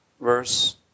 verse